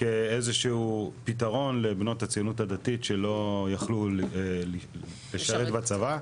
כאיזשהו פתרון לבנות הציונות הדתית שלא יכלו לשרת בצבא.